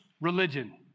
religion